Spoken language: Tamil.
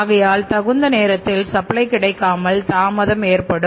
ஆகையால் தகுந்த நேரத்தில் சப்ளை கிடைக்காமல் தாமதம் ஏற்படும்